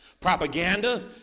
propaganda